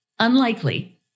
unlikely